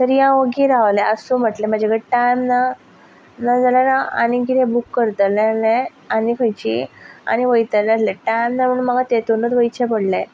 तरी हांव वोगी रावलें आसूं म्हटलें म्हाजे कडेन टायम ना ना जाल्यार हांव आनी कितें बूक करतलें आसलें आनी खंयची आनी वयतलें आसलें टायम ना म्हणून म्हाका तेतूनच वयचें पडलें